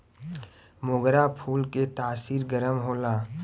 मोगरा फूल के तासीर गरम होला